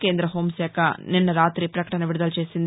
కేంద్ర హోంశాఖ నిన్న రాతి పకటన విడుదల చేసింది